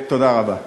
תודה רבה.